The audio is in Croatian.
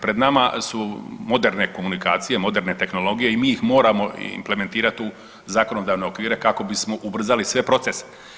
Pred nama su moderne komunikacije, moderne tehnologije i mi ih moramo implementirati u zakonodavne okvire kako bismo ubrzali sve procese.